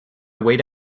wait